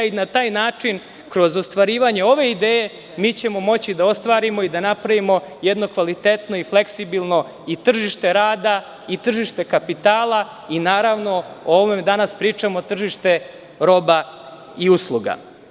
Na taj način, kroz ostvarivanje ove ideje mi ćemo moći da ostvarimo i da napravimo jedno kvalitetno i fleksibilno i tržište rada i tržište kapitala i naravno ovo o čemu danas pričamo tržište roba i usluga.